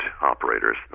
operators